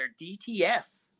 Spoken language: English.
DTS